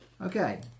okay